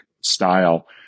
style